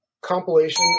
compilation